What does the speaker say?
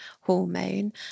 hormone